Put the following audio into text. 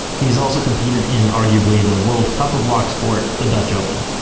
he's also competed in arguably the world cup of lock sport, the dutch open.